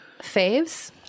faves